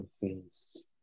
face